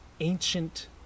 ancient